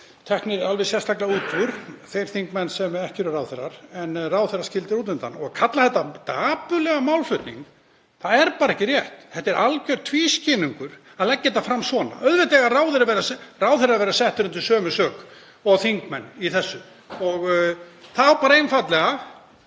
teknir alveg sérstaklega út, þeir þingmenn sem ekki eru ráðherrar, en ráðherrar skildir út undan. Að kalla þetta dapurlegan málflutning, það er bara ekki rétt. Það er alger tvískinnungur að leggja þetta svona fram. Auðvitað eiga ráðherrar að vera settir undir sömu sök og þingmenn í þessu. Það er engin leið